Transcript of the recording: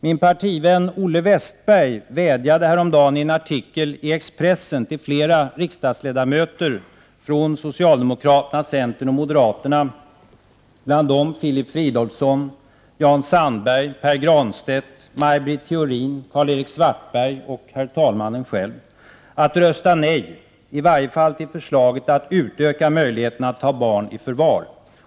Min partivän Olle Wästberg vädjade häromdagen i en artikel i Expressen till flera riksdagsledamöter från socialdemokraterna, centern och moderaterna — bland dem Filip Fridolfsson, Jan Sandberg, Pär Granstedt, Maj Britt Theorin, Karl-Erik Svartberg och herr talmannen själv — att rösta nej, i varje fall till förslaget att utöka möjligheterna att ta barn i förvar.